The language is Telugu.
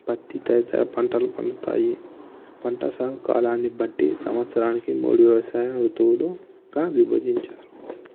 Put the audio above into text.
పత్తి తదితర పంటలు పండుతాయి పంట సాగు కాలాన్ని బట్టి సంవత్సరానికి మూడు వ్యవసాయ ఋతువులుగా విభజించారు